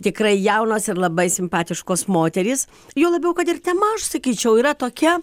tikrai jaunos ir labai simpatiškos moterys juo labiau kad ir tema aš sakyčiau yra tokia